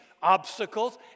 obstacles